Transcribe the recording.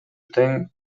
тең